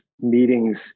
meetings